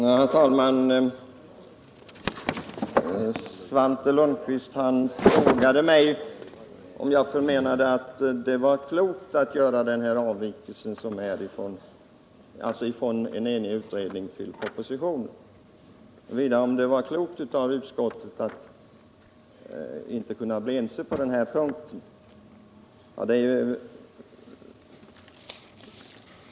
Herr talman! Svante Lundkvist frågade mig om jag förmenade att det var klokt att göra den här avvikelsen från en enig utredning till propositionens innehåll, vidare om det var klokt av utskottet att inte bli ense på den punkten.